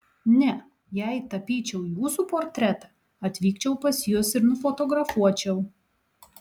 ne jei tapyčiau jūsų portretą atvykčiau pas jus ir nufotografuočiau